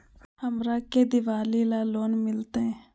हमरा के दिवाली ला लोन मिलते?